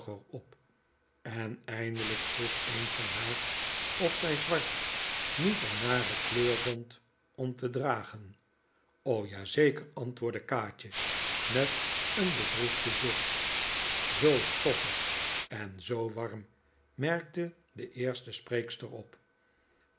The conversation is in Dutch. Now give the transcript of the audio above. op en eindelijk vroeg een van haar of zij zwart niet een nare kleur vond om te dragen ja zeker antwoordde kaatje met een bedroefden zucht zoo stoffig en zoo warm merkte de eerste spreekster op